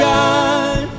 God